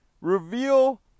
reveal